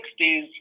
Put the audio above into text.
1960s